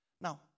Now